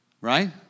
right